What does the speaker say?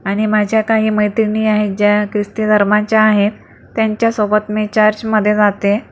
आणि माझ्या काही मैत्रिणी आहे ज्या ख्रिस्ती धर्माच्या आहेत त्यांच्यासोबत मी चर्चमध्ये जाते